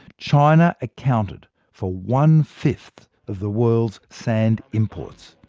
china accounted for one fifth of the world's sand imports.